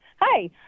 hi